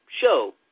show